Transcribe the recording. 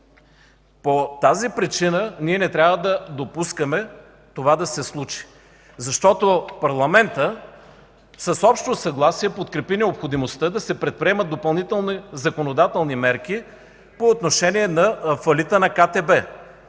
По тази причина не трябва да допускаме това да се случи. Защо парламентът с общо съгласие подкрепи необходимостта да се предприемат допълнителни законодателни мерки по отношение на фалита на КТБ?